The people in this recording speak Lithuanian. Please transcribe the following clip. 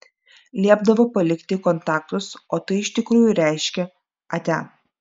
liepdavo palikti kontaktus o tai iš tikrųjų reiškė atia